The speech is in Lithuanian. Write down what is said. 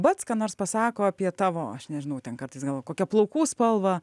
pats ką nors pasako apie tavo aš nežinau ten kartais gal kokią plaukų spalvą